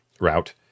route